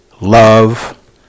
love